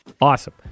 Awesome